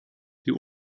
die